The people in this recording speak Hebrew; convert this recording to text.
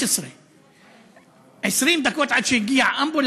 בן 13. 20 דקות עד שהגיע אמבולנס,